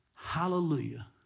Hallelujah